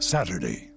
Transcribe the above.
Saturday